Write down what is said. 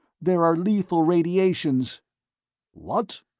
there are lethal radiations what?